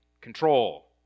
control